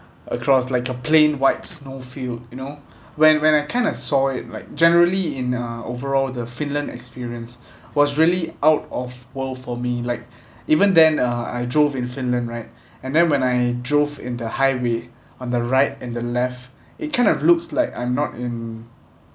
across like a plain white snow field you know when when I kind of saw it right generally in a overall the finland experience was really out of world for me like even then uh I drove in finland right and then when I drove in the highway on the right and the left it kind of looks like I'm not in